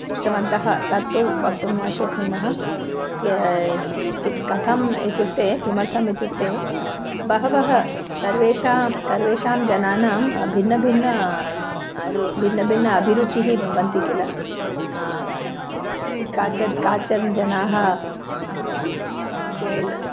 दृष्टवन्तः तत्तु वक्तुं न शक्नुमः किं कथम् इत्युक्ते किमर्थम् इत्युक्ते बहवः सर्वेषां सर्वेषां जनानां भिन्नभिन्नं भिन्न भिन्न अभिरुचिः भवन्ति किल काचित् केचन जनाः किल